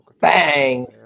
Bang